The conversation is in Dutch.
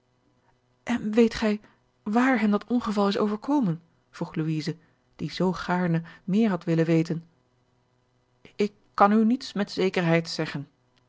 en weet gij waar hem dat ongeval is overkomen vroeg louise die zoo gaarne meer had willen weten ik kan u niets met zekerheid zeggen